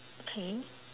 okay